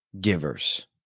givers